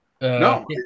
No